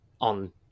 on